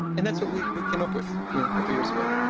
and that's what we we came up with a couple years ago.